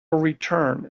return